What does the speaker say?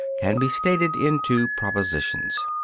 can be stated in two propositions.